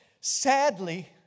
Sadly